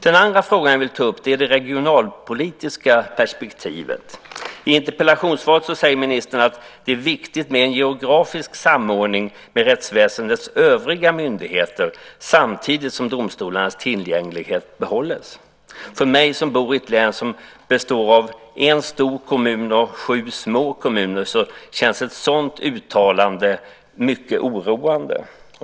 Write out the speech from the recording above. Den andra frågan jag vill ta upp är det regionalpolitiska perspektivet. I interpellationssvaret säger ministern att det är viktigt med en geografisk samordning med rättsväsendets övriga myndigheter samtidigt som domstolarnas tillgänglighet behålls. För mig som bor i ett län som består av en stor kommun och sju små kommuner känns ett sådant uttalande mycket oroande.